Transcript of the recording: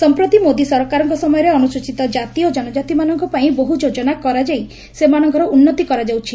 ସଂପ୍ରତି ମୋଦି ସରକାରଙ୍କ ସମୟରେ ଅନୁସୂଚିତ ଜାତି ଓ ଜନଜାତିମାନଙ୍କ ପାଇଁ ବହୁ ଯୋଜନା କରାଯାଇ ସେମାନଙ୍କର ଉନ୍ନତି କରାଯାଉଛି